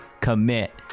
commit